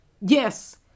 Yes